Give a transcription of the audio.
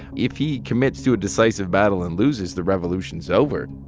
if he commits to a decisive battle and loses, the revolution's over.